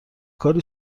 کاری